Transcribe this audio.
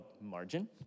*Margin*